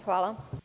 Hvala.